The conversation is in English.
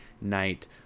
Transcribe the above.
Night